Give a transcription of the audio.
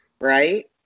Right